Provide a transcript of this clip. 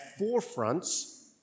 forefronts